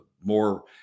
more